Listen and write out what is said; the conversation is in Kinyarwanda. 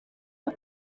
byo